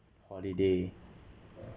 holiday